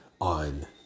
on